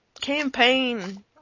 campaign